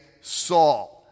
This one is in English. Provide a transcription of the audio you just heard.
Saul